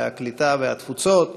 הקליטה והתפוצות